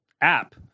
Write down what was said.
app